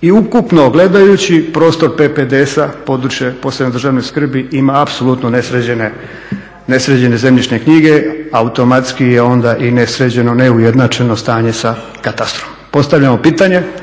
i ukupno gledajući prostor PPDS-a, područje posebne državne skrbi ima apsolutno nesređene zemljišne knjige, automatski je onda i nesređeno, neujednačeno stanje sa katastrom. Postavljamo pitanje,